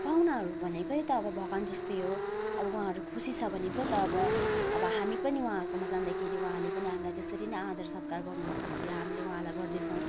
पाहुनाहरू भनेकै त अब भगवान जस्तै हो अब उहाँहरू खुसी छ भने पो त अब अब हामी पनि उहाँहरूकोमा जाँदाखेरि उहाँले पनि हामीलाई त्यसरी नै आदर सत्कार गर्नुहुन्छ जसरी हामीले उहाँलाई गर्दैछौँ